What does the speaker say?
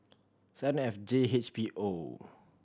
seven F J H P O